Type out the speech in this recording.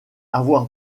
avoir